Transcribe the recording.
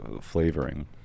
flavoring